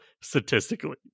statistically